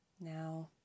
Now